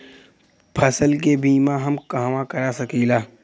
फसल के बिमा हम कहवा करा सकीला?